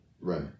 right